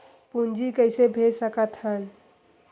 पूंजी कइसे भेज सकत हन?